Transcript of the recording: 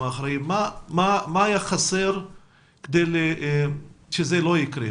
מה היה חסר כדי שזה לא יקרה.